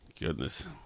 Goodness